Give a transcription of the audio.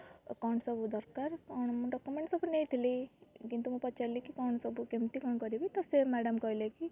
କ'ଣ ସବୁ ଦରକାର କ'ଣ ମୁଁ ଡକ୍ୟୁମେଣ୍ଟ୍ ସବୁ ନେଇଥିଲି କିନ୍ତୁ ମୁଁ ପଚାରିଲି କି କ'ଣ ସବୁ କେମିତି କ'ଣ କରିବି ତ ସେ ମ୍ୟାଡ଼ାମ୍ କହିଲେ କି